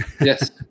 Yes